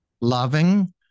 loving